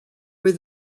were